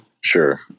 Sure